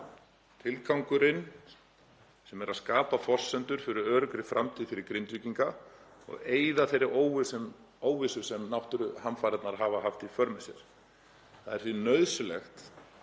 náð, sem er að skapa forsendur fyrir öruggri framtíð fyrir Grindvíkinga og eyða þeirri óvissu sem náttúruhamfarirnar hafa haft í för með sér. Það er því nauðsynlegt